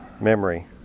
memory